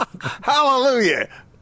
Hallelujah